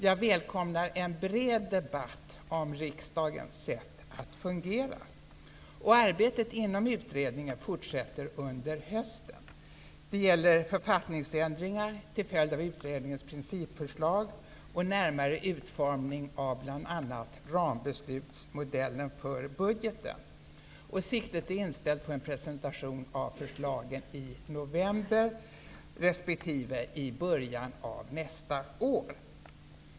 Jag välkomnar en bred debatt om riksdagens sätt att fungera. Arbetet inom utredningen fortsätter under hösten. Det gäller författningsändringar till följd av utredningens principförslag och närmare utformning av bl.a. rambeslutsmodellen för budgeten. Siktet är inställt på en presentation av förslagen i november respektive i början av nästa år.